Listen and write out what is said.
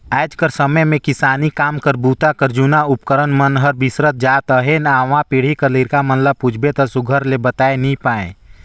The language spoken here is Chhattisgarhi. आएज कर समे मे किसानी काम बूता कर जूना उपकरन मन हर बिसरत जात अहे नावा पीढ़ी कर लरिका मन ल पूछबे ता सुग्घर ले बताए नी पाए